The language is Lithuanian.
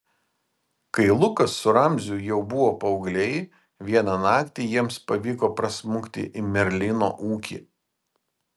kai lukas su ramziu jau buvo paaugliai vieną naktį jiems pavyko prasmukti į merlino ūkį